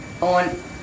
on